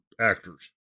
actors